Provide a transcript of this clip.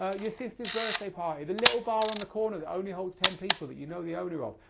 ah your sister's birthday party, the little bar on the corner that only holds ten people that you know the owner of.